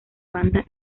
banda